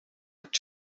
habt